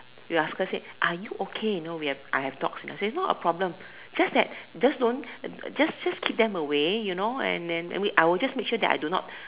we ask her said are you okay you know we have I have dogs and I say not a problem just that just don't just just keep them away you know and then we I'll just make sure that I do not